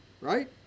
right